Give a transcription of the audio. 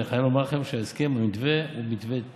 אני חייב לומר לכם שהסכם המתווה הוא טוב.